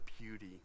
beauty